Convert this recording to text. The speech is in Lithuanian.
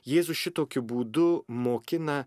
jėzus šitokiu būdu mokina